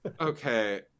okay